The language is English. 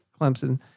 Clemson